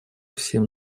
всем